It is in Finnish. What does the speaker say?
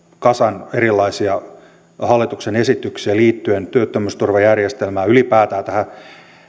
kasan erilaisia hallituksen esityksiä liittyen työttömyysturvajärjestelmään ylipäätään tähän